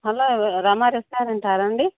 hello Rama రెస్టారెంటాండి